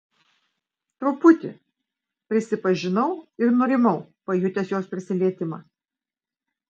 truputį prisipažinau ir nurimau pajutęs jos prisilietimą